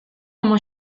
como